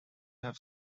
have